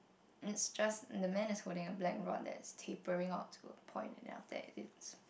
it's just the man is holding a black rod that is tapering out to a point and then after that it's